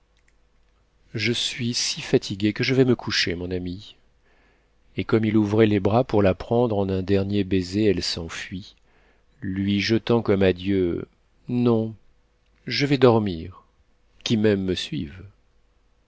je suis si fatiguée que je vais me coucher mon ami et comme il ouvrait les bras pour la prendre en un dernier baiser elle s'enfuit lui jetant comme adieu non je vais dormir qui m'aime me suive